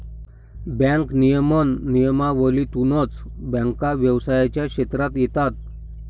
bank नियमन नियमावलीतूनच बँका व्यवसायाच्या क्षेत्रात येतात